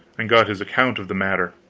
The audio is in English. and got his account of the matter.